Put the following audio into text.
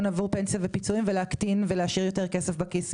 עבור פנסיה ופיצויים ולהקטין ולהשאיר יותר כסף בכיס.